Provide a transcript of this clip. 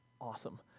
awesome